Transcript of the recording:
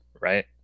right